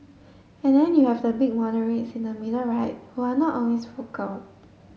and then you have the big moderates in the middle right who are not always vocal